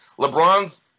LeBron's